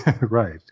Right